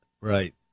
Right